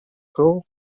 crawl